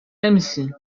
نمیشیم